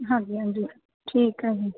ਹਾਂਜੀ ਹਾਂਜੀ ਠੀਕ ਐ ਜੀ